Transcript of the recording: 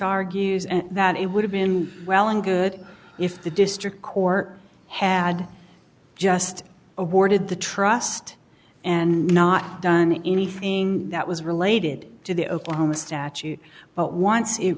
argues and that it would have been well and good if the district court had just awarded the trust and not done anything that was related to the oklahoma statute but once it